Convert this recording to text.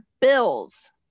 bills